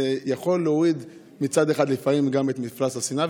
זה יכול להוריד מצד אחד לפעמים גם את מפלס השנאה,